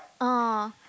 oh